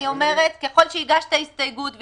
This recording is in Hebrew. אני אומרת שככל שהגשת הסתייגות,